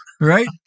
Right